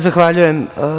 Zahvaljujem.